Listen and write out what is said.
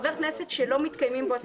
חבר כנסת שלא מתקיימים בו התנאים,